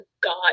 God